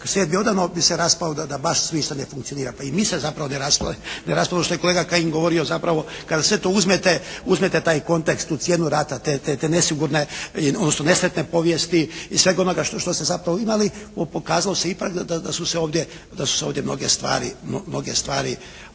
bi se raspao da baš ništa ne funkcionira. Pa i mi se zapravo ne raspadamo što je kolega Kajin govorio zapravo kad sve to uzmete, uzmete taj kontekst, tu cijenu rata, te nesigurne, odnosno nesretne povijesti i svega onoga što ste zapravo imali, pokazalo se ipak da su se ovdje mnoge stvari ali